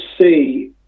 see